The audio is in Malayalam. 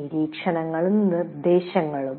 നിരീക്ഷണങ്ങളും നിർദ്ദേശങ്ങളും